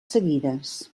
seguides